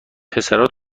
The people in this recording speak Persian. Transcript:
پسرا